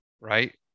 right